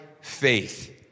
faith